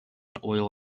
oil